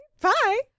Bye